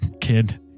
kid